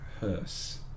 hearse